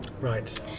right